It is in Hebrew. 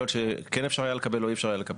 להיות שכן אפשר היה לקבל או אי אפשר היה לקבל.